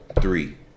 three